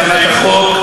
החוק,